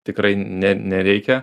tikrai ne nereikia